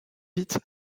vite